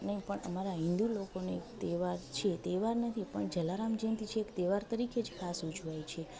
નહીં પણ અમારા હિન્દુ લોકોનો એક તહેવાર છે તહેવાર નથી પણ જલારામ જયંતી છે એક તહેવાર તરીકે જ ખાસ ઉજવાય છે